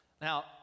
now